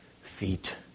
feet